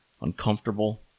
uncomfortable